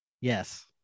Yes